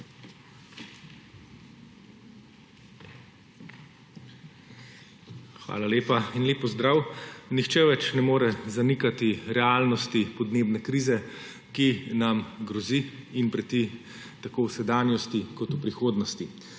Hvala lepa in lep pozdrav! Nihče več ne more zanikati realnosti podnebne krize, ki nam grozi in preti tako v sedanjosti kot v prihodnosti.